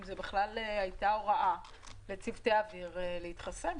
אם בכלל הייתה הוראה לצוותי אוויר להתחסן,